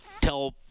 tell